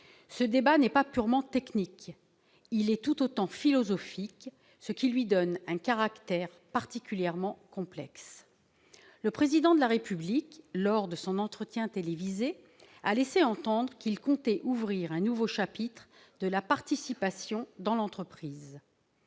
Ce débat n'est pas purement technique. Il est tout aussi philosophique, ce qui lui donne un caractère particulièrement complexe. Le Président de la République, lors de son entretien télévisé, a laissé entendre qu'il comptait ouvrir un nouveau chapitre de la participation dans l'entreprise.